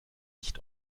nicht